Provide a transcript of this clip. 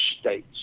States